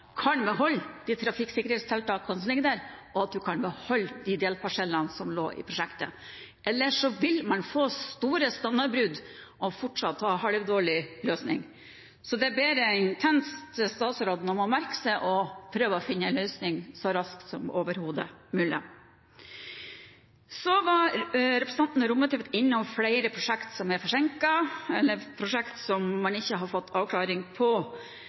kan beholde trafikksikkerhetstiltakene som ligger der, og at man kan beholde delparsellene som lå i prosjektet, ellers vil man få store standardbrudd og fortsatt ha halvdårlige løsninger. Jeg ber intenst statsråden om å merke seg dette og prøve å finne en løsning så raskt som overhodet mulig. Representanten Rommetveit var innom flere prosjekter som er forsinket eller som man ikke har fått avklaring